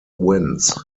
winds